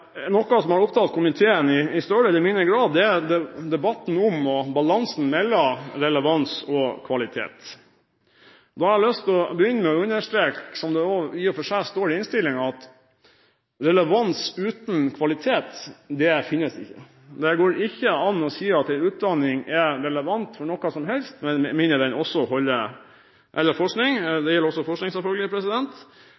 Noe som har opptatt komiteen i større eller mindre grad, er debatten om og balansen mellom relevans og kvalitet. Jeg har lyst til å begynne med å understreke, som det i og for seg også står i innstillingen, at relevans uten kvalitet finnes ikke. Det går ikke an å si at utdanning og forskning er relevant for noe som helst, med mindre det også